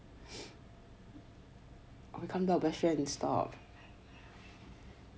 tell my best friend to stop true